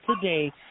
today